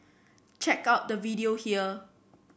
check out the video here